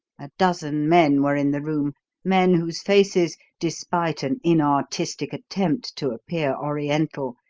a dozen men were in the room men whose faces, despite an inartistic attempt to appear oriental,